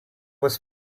was